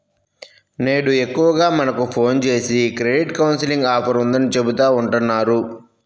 నేడు ఎక్కువగా మనకు ఫోన్ జేసి క్రెడిట్ కౌన్సిలింగ్ ఆఫర్ ఉందని చెబుతా ఉంటన్నారు